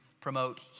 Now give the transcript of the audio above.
promote